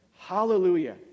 Hallelujah